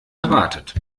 erwartet